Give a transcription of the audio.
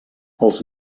els